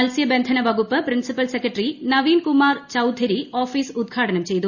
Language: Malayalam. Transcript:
മത്സ്യബന്ധന വകുപ്പ് principal secretary Naveen Kumar Chaudhary office ഉദ്ഘാടനം ചെയ്തു